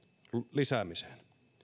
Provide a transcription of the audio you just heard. lisäämiseen